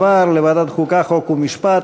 החוקה, חוק ומשפט